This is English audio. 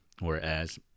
whereas